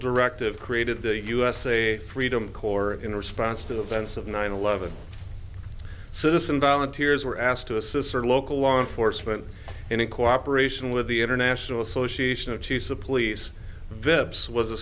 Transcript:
directive created the usa freedom corps in response to the events of nine eleven citizen volunteers were asked to assist our local law enforcement and in cooperation with the international association of chiefs of police was a